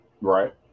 Right